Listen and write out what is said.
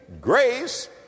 Grace